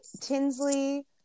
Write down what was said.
Tinsley